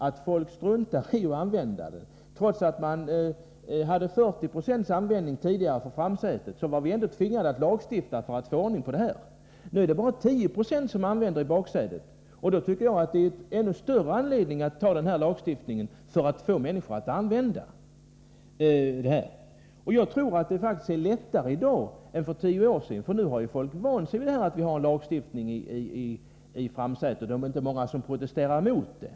Trots att 40 96 använde bilbältet i framsätet för tio år sedan var vi faktiskt ändå tvingade att lagstifta för att få ordning på detta. Nu är det 10 96 som använder bilbältet i baksätet, och då tycker jag att det finns ännu större anledning att införa en lagstiftning för att få människor att använda bilbältet. Jag tror faktiskt att det är lättare i dag än för tio år sedan, eftersom folk nu vant sig vid att vi har en lagstiftning om användning av bilbältet i framsätet och det inte är många som protesterar mot den.